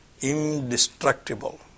indestructible